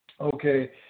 Okay